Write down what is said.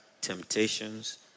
temptations